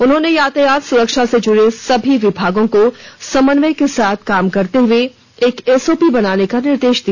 उन्होंने यातायात सुरक्षा से जुड़े सभी विभागों को समन्वय के साथ काम करते हुए एक एसओपी बनाने का निर्देश दिया